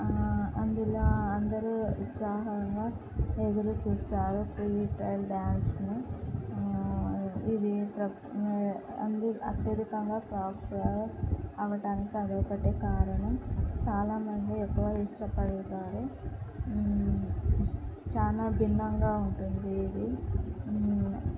అందులో అందరూ ఉత్సాహంగా ఎదురు చూస్తారు ఫ్రీ స్టైల్ డ్యాన్స్ని ఇది ప్ర అంది అత్యధికంగా పాపులర్ అవటానికి అదొకటే కారణం చాలామంది ఎక్కువ ఇష్టపడతారు చానా భిన్నంగా ఉంటుంది ఇది